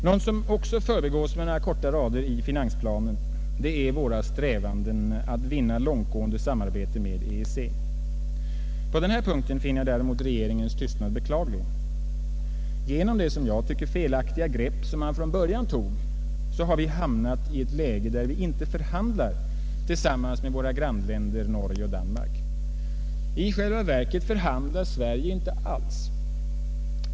En sak som också förbigås med några få rader i finansplanen är våra strävanden att vinna långtgående samarbete med EEC. På denna punkt finner jag däremot regeringens tystnad beklaglig. Genom det, som jag tycker, felaktiga grepp som man från början tog har vi hamnat i ett läge där vi inte förhandlar tillsammans med våra grannländer Norge och Danmark. I själva verket förhandlar Sverige inte alls.